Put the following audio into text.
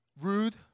Rude